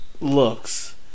looks